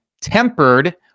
tempered